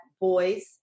boys